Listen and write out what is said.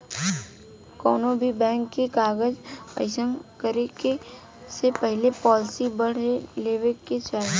कौनोभी बैंक के कागज़ साइन करे से पहले पॉलिसी पढ़ लेवे के चाही